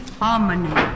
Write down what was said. harmony